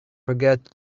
forget